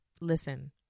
listen